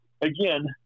again